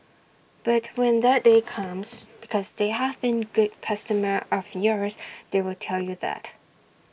but when that day comes because they have been good customer of yours they will tell you that